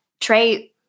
Trey